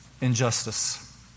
injustice